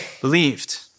believed